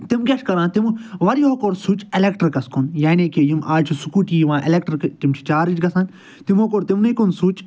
تِم کیاہ چھِ کران تِم واریَہو کوٚر سُچ ایٚلیٚکٹرٛکَس کُن یعنی کہِ یِم آز چھِ سکوٗٹی یِوان ایٚلیٚکٹرٛک تِم چھِ چارج گَژھان تِمو کوٚڑ تِمنٕے کُن سُچ